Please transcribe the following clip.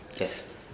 Yes